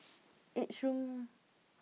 Each room